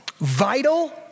vital